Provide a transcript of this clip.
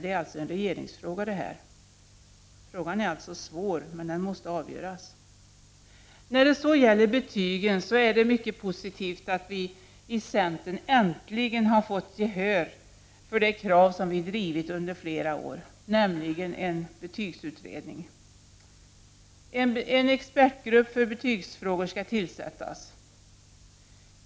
Det är alltså en regeringsfråga. Den är svår, men den måste avgöras. När det gäller betygen är det mycket positivt att vi i centern äntligen har fått gehör för det krav som vi har drivit under flera år, nämligen om en betygsutredning. En expertgrupp för betygsfrågor skall tillsättas.